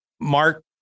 Mark